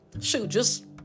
shoot—just